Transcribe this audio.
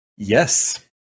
Yes